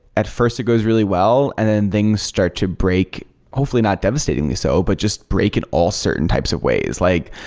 at first it goes really well, and then things start to break hopefully not devastatingly so, but just break in all certain types of ways. like,